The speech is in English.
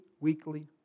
weekly